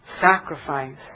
sacrifice